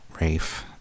Rafe